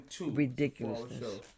ridiculous